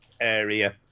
area